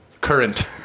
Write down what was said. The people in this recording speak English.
Current